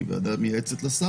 שהיא ועדה מייעצת לשר,